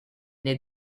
near